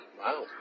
Wow